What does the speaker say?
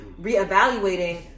reevaluating